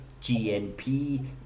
GNP